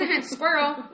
Squirrel